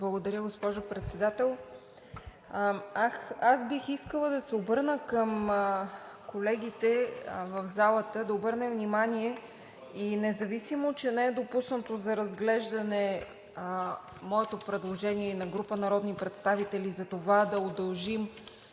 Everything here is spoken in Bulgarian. Благодаря, госпожо Председател. Бих искала да се обърна към колегите в залата да обърнем внимание и независимо че не е допуснато за разглеждане моето предложение и на група народни представители за това да удължим